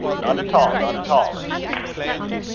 not at all, not at all, insisted the lady.